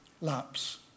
Lapse